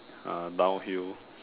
uh downhill